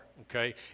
okay